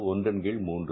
அது ஒன்றின் கீழ் 3